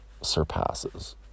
surpasses